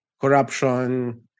corruption